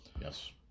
Yes